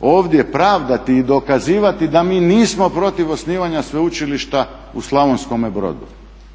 ovdje pravdati i dokazivati da mi nismo protiv osnivanja sveučilišta u Slavonskome Brodu.